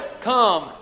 Come